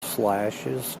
slashes